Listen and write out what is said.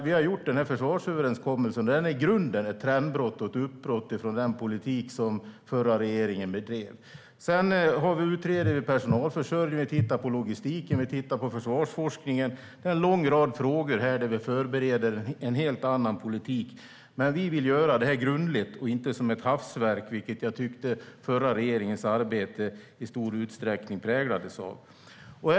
Vi har ingått den här försvarsöverenskommelsen, som i grunden är ett trendbrott och ett uppbrott från den politik som den förra regeringen bedrev. Vi utreder personalförsörjningen. Vi tittar på logistiken och försvarsforskningen. Det finns en lång rad frågor där vi förbereder en helt annan politik. Men vi vill göra det här grundligt och inte som ett hafsverk, vilket jag tyckte att den förra regeringens arbete i stor utsträckning hade karaktären av.